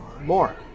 more